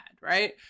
right